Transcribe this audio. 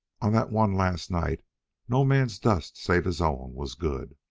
on that one last night no man's dust save his own was good.